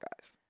guys